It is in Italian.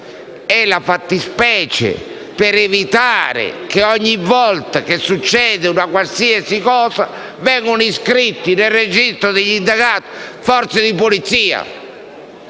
è la fattispecie per evitare che ogni volta che succede una qualsiasi cosa vengano iscritti nel registro degli indagati forze di polizia.